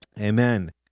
Amen